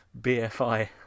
BFI